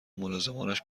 ملازمانش